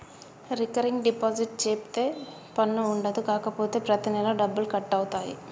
recurring deposit సేపిత్తే పన్ను ఉండదు కాపోతే ప్రతి నెలా డబ్బులు కట్ అవుతాయి